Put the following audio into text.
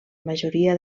majoria